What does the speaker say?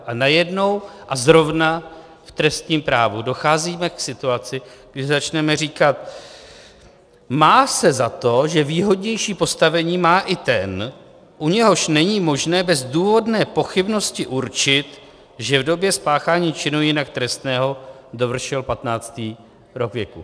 A najednou a zrovna v trestním právu docházíme k situaci, kdy začneme říkat: Má se za to, že výhodnější postavení má i ten, u něhož není možné bez důvodné pochybnosti určit, že v době spáchání činu jinak trestného dovršil patnáctý rok věku.